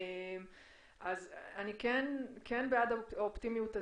אני כן בעד אופטימיות זהירה,